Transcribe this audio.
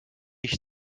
ich